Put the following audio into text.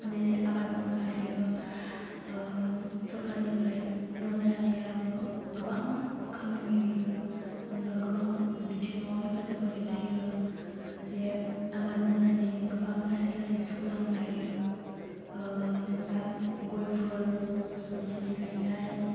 जेरै आबाद मावनो हायो ओह सरकारनिफ्राइ लन लानायाबो गोबां खामानि होयो जेनबा गोबां बिथिङाव हेफाजाब होनाय जायो जे आबाद मावनानै गोबां लासै लासै सुख'लांनो हायो ओह जेनेबा गयफोर गयफोर फुलि गायनाइ